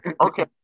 okay